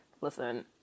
listen